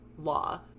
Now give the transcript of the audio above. Law